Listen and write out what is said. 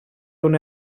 τον